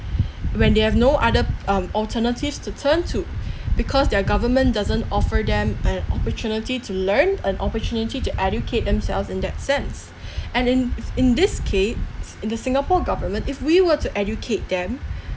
when they have no other um alternatives to turn to because their government doesn't offer them an opportunity to learn an opportunity to educate themselves in that sense and in in this case in the singapore government if we were to educate them